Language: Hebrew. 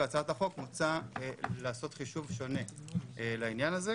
בהצעת החוק מוצע לעשות חישוב שונה לעניין הזה,